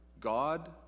God